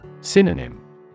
Synonym